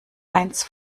eines